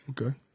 Okay